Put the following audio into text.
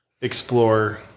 explore